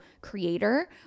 creator